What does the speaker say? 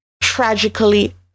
tragically